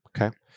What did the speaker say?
okay